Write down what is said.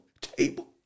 table